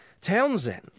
Townsend